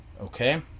Okay